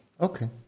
Okay